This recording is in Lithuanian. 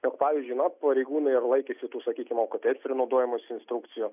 jog pavyzdžiui na pareigūnai ar laikėsi tų sakykim alkotesterio naudojimosi instrukcijų